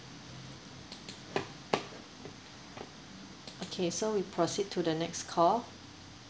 okay so we proceed to the next call